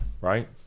right